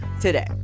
today